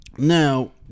Now